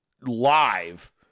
live